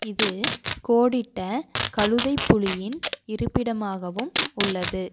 இது கோடிட்ட கழுதைப்புலியின் இருப்பிடமாகவும் உள்ளது